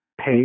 pay